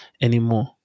anymore